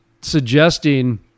suggesting